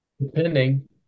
Depending